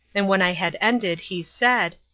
and when i had ended, he said,